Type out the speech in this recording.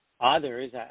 others